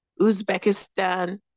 Uzbekistan